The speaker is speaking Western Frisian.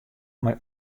mei